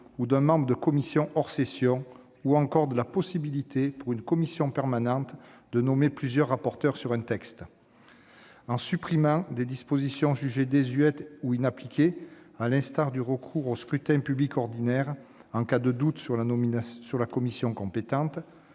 ou d'un membre de commission hors session, ou encore de la possibilité pour une commission permanente de nommer plusieurs rapporteurs sur un texte. Il s'agit, en outre, de supprimer des dispositions jugées désuètes ou inappliquées. Je pense au scrutin public ordinaire en cas de doute sur la commission compétente,